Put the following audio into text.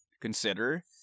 consider